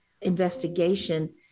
investigation